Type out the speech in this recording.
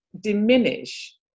Diminish